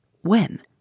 When